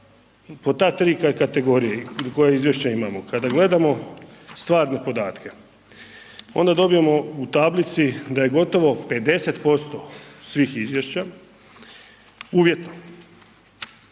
po ta tri, kategorije, koja izvješća imamo, kada gledamo stvarne podatke, onda dobijemo u tablici da je gotovo 50% svih izvješća uvjetno.